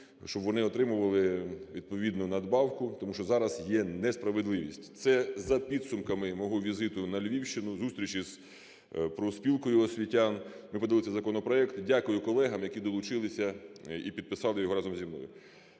щоб вони отримували відповідну надбавку. Тому що зараз є несправедливість. Це за підсумками мого візиту на Львівщину, зустрічі з профспілкою освітян. Пропонується законопроект. Дякую колегам, які долучилися і підписали його разом зі мною.